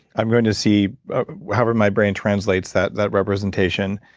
i'm going to see however my brain translates that that representation,